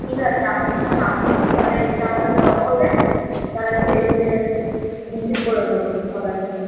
ঠিক আছে আপনি আসুন তাহলে এসে আমাকে কল করবেন তাহলে আমি সেই বুঝে রিসিভ করে নেবো অর্ডারটা